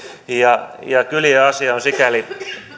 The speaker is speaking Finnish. ja ja kylien asia on sikäli